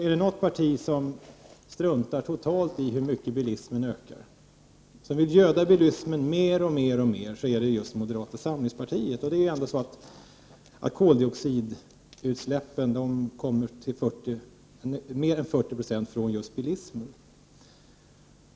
Är det något parti som totalt struntar i hur mycket bilismen kostar, och som vill göda bilismen mer och mer, så är det just moderata samlingspartiet. Koldioxidutsläppen kommer till mer än 40 96 från just bilismen.